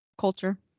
culture